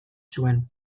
zuen